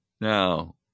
Now